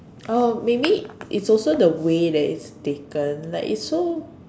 oh maybe it's also the way that it's taken like it's so